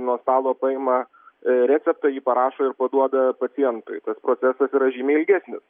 nuo stalo paima a receptą jį parašo ir paduoda pacientui tas procesas yra žymiai ilgesnis